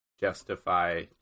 justify